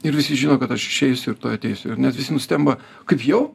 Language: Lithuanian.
ir visi žino kad aš išeisiu ir tuoj ateisiu ir net visi nustemba kaip jau